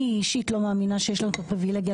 אני אישית לא מאמינה שיש לנו את הפריבילגיה